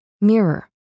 mirror